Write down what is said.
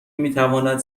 میتواند